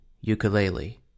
ukulele